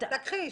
תכחיש.